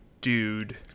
dude